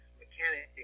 mechanic